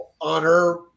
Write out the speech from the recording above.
honor